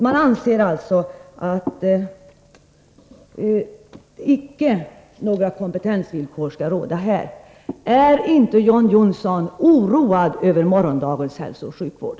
Man anser alltså att några kompetensvillkor icke skall råda här. Är inte John Johnsson oroad över morgondagens hälsooch sjukvård?